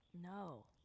No